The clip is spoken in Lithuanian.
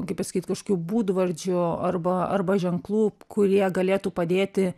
kaip pasakyt kažkokių būdvardžių arba arba ženklų kurie galėtų padėti